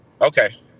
Okay